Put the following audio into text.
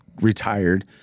Retired